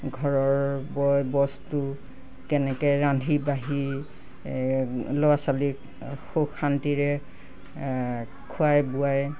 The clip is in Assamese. ঘৰৰ বয় বস্তু কেনেকৈ ৰান্ধি বাঢ়ি ল'ৰা ছোৱালীক সুখ শান্তিৰে খুৱাই বুৱাই